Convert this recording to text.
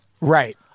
Right